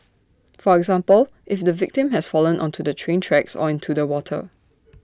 for example if the victim has fallen onto the train tracks or into the water